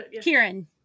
kieran